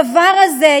הדבר הזה,